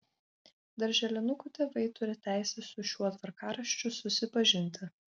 darželinukų tėvai turi teisę su šiuo tvarkaraščiu susipažinti